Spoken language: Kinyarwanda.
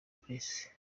palace